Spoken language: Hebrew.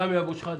סמי אבו שחאדה.